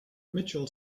mitchell